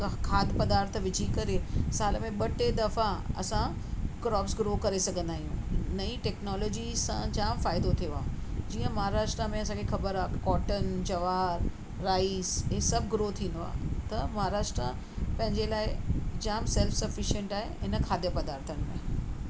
ख खाद्य पदार्थ विझी करे साल में ॿ टे दफ़ा असां क्रॉप्स ग्रो करे सघंदा आहियूं नई टेक्नोलॉजी सां जामु फ़ाइदो थियो आहे जीअं महाराष्ट्रा में असांखे ख़बर आहे कॉटन जवार राईस इहे सभु ग्रो थींदो आहे त महाराष्ट्रा पंहिंजे लाइ जामु सेल्फ सफिशिएंट आहे इन खाद्य पदार्थ में